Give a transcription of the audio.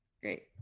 Great